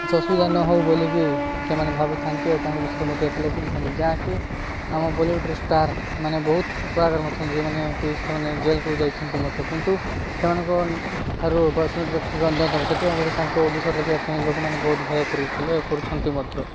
କିଛି ଅସୁବିଧା ନ ହଉ ବୋଲିକି ସେମାନେ ଭାବିଥାନ୍ତି ଆଉ ତାଙ୍କ ବିଷୟରେ ମଧ୍ୟ ଏତେ ଲାଗିି ନଥାନ୍ତି ଯାହାକି ଆମ ବଲିଉଡ଼ର ଷ୍ଟାର ମାନେ ବହୁତ କଳାକାର ଅଛନ୍ତି ଯେଉଁମାନେ କି ସେମାନେ ଜେଲ୍ କୁ ଯାଇଛନ୍ତି ମଧ୍ୟ କିନ୍ତୁ ସେମାନଙ୍କଠାରୁ ତାଙ୍କୁ ବିଷୟରେ ଲାଗିିବା ପାଇଁ ଲୋକମାନେ ବହୁତ ଭୟ କରୁଥିଲେ ଆଉ କରୁଛନ୍ତି ମଧ୍ୟ